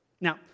Now